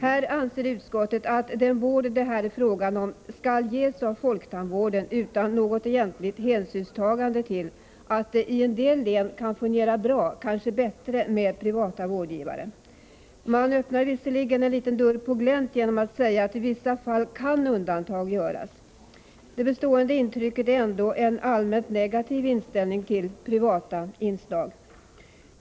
Utskottet anser att den vård det här är fråga om skall ges av folktandvården utan något egentligt hänsynstagande till att det i en del län kan fungera bra, kanske bättre, med privata vårdgivare. Man öppnar visserligen en liten dörr på glänt genom att säga att i vissa fall kan undantag göras. Det bestående intrycket är ändå en allmänt negativ inställning till privata inslag.